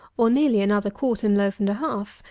or nearly another quartern loaf and a half,